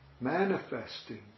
manifesting